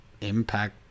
Impact